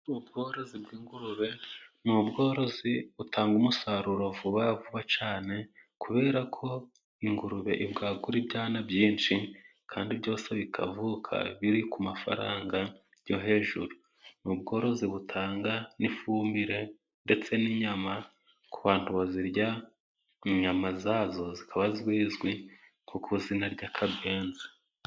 Ubworozi bw'ingurube ni ubworozi butanga umusaruro vubavuba cyane kubera ko ingurube ibwagura ibyana byinshi kandi byose bikavuka biri ku mafaranga yo hejuru. Ni ubworozi butanga ifumbire ndetse n'inyama ku bantu bazirya. Inyama zazo zikaba zizwi ku izina ry'akabenzi.